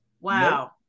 Wow